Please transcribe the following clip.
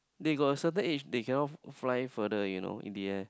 they got certain age they cannot fly further you know in the air